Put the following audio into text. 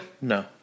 No